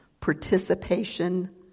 participation